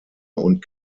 und